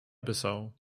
bissau